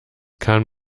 kann